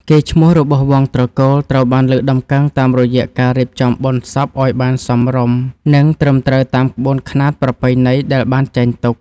កេរ្តិ៍ឈ្មោះរបស់វង្សត្រកូលត្រូវបានលើកតម្កើងតាមរយៈការរៀបចំបុណ្យសពឱ្យបានសមរម្យ និង ត្រឹមត្រូវតាមក្បួនខ្នាតប្រពៃណីដែលបានចែងទុក។